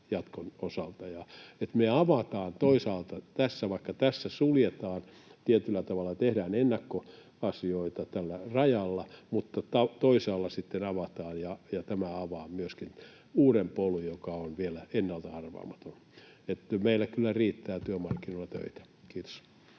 jatkon osalta. Me toisaalta avataan — vaikka tässä tietyllä tavalla suljetaan eli tehdään ennakkoasioita tällä rajalla, mutta toisaalla sitten avataan — myöskin uusi polku, joka on vielä ennalta arvaamaton. Eli meillä kyllä riittää työmarkkinoilla töitä. — Kiitos.